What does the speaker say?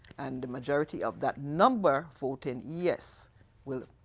and the majority of that number voting yes will